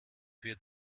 wird